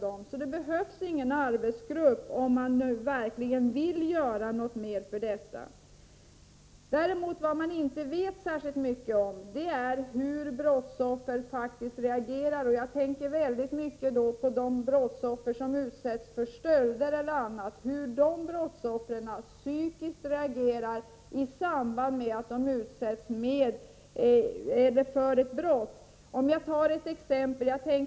Det behövs alltså ingen arbetsgrupp — om man nu verkligen vill göra något mer för dessa kvinnor. Något som vi däremot inte vet särskilt mycket om är hur brottsoffer faktiskt reagerar. Jag avser då i första hand dem som t.ex. utsätts för stöld. Hur reagerar de psykiskt i samband med att de utsätts för brott? Jag vill nämna ett exempel.